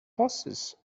horses